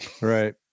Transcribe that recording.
Right